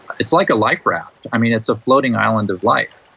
it's like a life raft. i mean, it's a floating island of life,